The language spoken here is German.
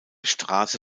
straße